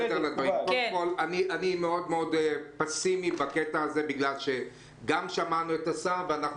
אני מאוד פסימי בקטע הזה כי גם שמענו את השר ואנחנו